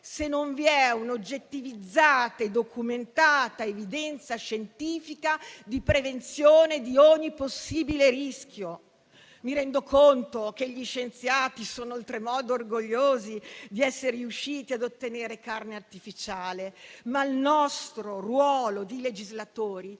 se non vi è un oggettivizzata e documentata evidenza scientifica di prevenzione di ogni possibile rischio. Mi rendo conto che gli scienziati sono oltremodo orgogliosi di essere riusciti ad ottenere carne artificiale, ma il nostro ruolo di legislatori